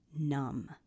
numb